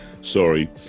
Sorry